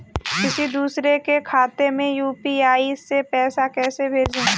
किसी दूसरे के खाते में यू.पी.आई से पैसा कैसे भेजें?